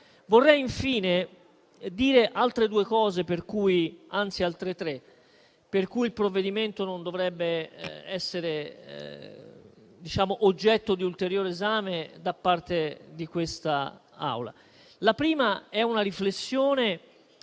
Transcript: Vorrei infine dire altre tre cose per cui il provvedimento non dovrebbe essere oggetto di ulteriore esame da parte di questa Assemblea. La prima è una riflessione